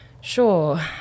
Sure